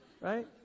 right